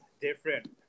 different